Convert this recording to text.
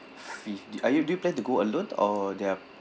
are you do you plan to go alone or there're